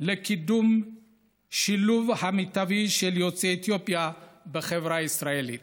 לקידום שילוב מיטבי של יוצאי אתיופיה בחברה הישראלית.